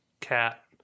cat